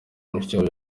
mushikiwabo